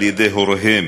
על-ידי הוריהם